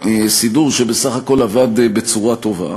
סידור שבסך הכול עבד בצורה טובה,